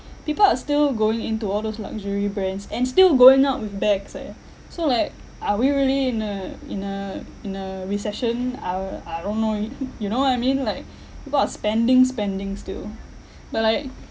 people are still going into all those luxury brands and still going out with bags eh so like are we really in a in a in a recession I uh I don't know it you know what I mean like people are spending spending still but like